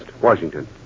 Washington